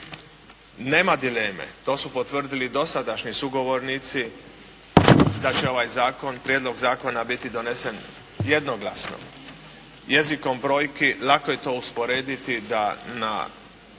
Nema dileme, to su potvrdili dosadašnji sugovornici da će ovaj zakon, prijedlog zakona biti donesen jednoglasno. Jezikom brojki lako je to usporediti da u